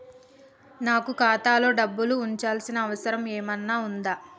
నాకు ఖాతాలో డబ్బులు ఉంచాల్సిన అవసరం ఏమన్నా ఉందా?